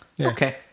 okay